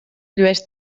llueix